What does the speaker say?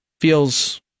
feels